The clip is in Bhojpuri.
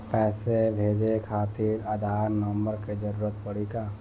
पैसे भेजे खातिर आधार नंबर के जरूरत पड़ी का?